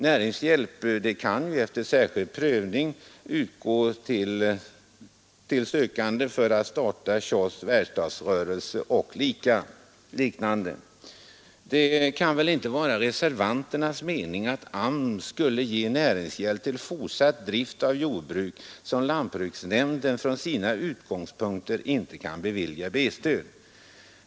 Näringshjälp kan efter särskild prövning utgå till sökande för att etablera kiosk, verkstadsrörelse och liknande. Det kan väl inte vara reservanternas mening att AMS skulle ge näringshjälp till fortsatt drift av jordbruk som lantbruksnämnden från sina utgångspunkter inte kan bevilja B-stöd?